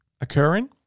occurring